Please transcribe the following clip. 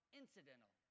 incidental